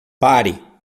pare